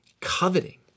coveting